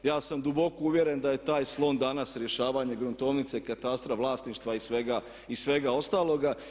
Ja sam duboko uvjeren da je taj slon danas rješavanje gruntovnice, katastra, vlasništva i svega ostaloga.